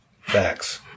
Facts